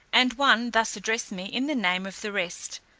and one thus addressed me in the name of the rest,